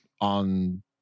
on